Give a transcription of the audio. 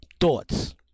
Thoughts